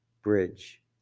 bridge